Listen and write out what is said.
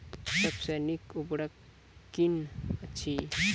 सबसे नीक उर्वरक कून अछि?